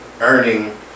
earning